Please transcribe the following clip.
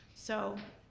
so